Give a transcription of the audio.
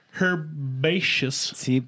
herbaceous